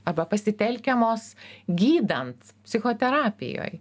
arba pasitelkiamos gydant psichoterapijoj